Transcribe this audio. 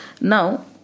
Now